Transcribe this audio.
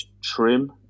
trim